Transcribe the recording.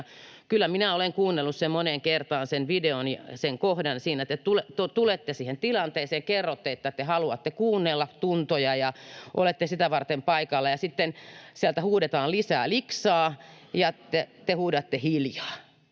Kyllä minä olen kuunnellut sen moneen kertaan, sen videon ja sen kohdan. Siinä te tulette siihen tilanteeseen, kerrotte, että te haluatte kuunnella tuntoja ja olette sitä varten paikalla. Ja sitten sieltä huudetaan ”lisää liksaa” ja te huudatte ”hiljaa”.